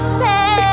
say